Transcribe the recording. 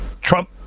Trump